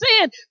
sin